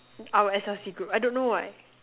our S_L_C group I don't know why